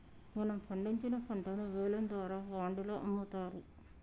మనం పండించిన పంటను వేలం ద్వారా వాండిలో అమ్ముతారు